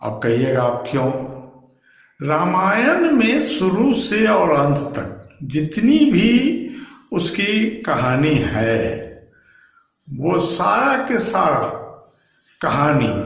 अब कहिएगा आप क्यों रामायण में शुरू से और अंत तक जितनी भी उसकी कहानी है वो सारा के सारा कहानी